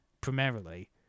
primarily